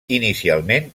inicialment